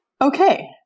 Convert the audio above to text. Okay